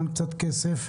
לכאן קצת כסף,